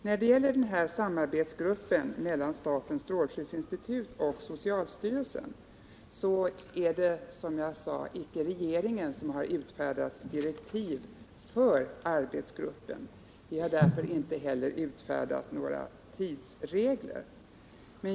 När det gäller samarbetsgruppen mellan statens strålskyddsinstitut och socialstyrelsen är det som jag sade icke regeringen som har utfärdat direktiv för arbetsgruppen. Vi har därför inte heller utfärdat några tidsregler.